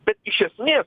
bet iš esmės